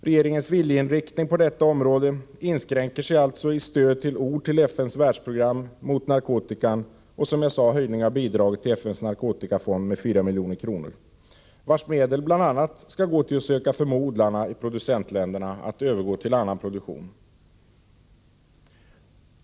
Regeringens viljeinriktning på detta område inskränker sig alltså till ett stöd i ord till FN:s världsprogram mot narkotika och, som jag sade, en höjning av bidraget till FN:s narkotikafond med 4 milj.kr. Dessa medel skall bl.a. gå till att söka förmå odlarna i producentländerna att övergå till annan produktion.